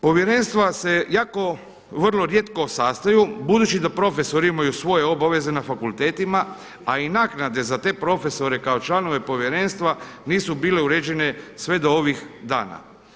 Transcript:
Povjerenstva se jako vrlo rijetko sastaju budući da profesori imaju svoje obaveze na fakultetima a i naknade za te profesore kao članove povjerenstva nisu bile uređene sve do ovih dana.